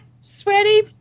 sweaty